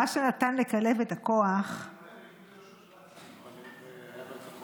מה שנתן לכלב את הכוח, גם יהושע.